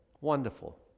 wonderful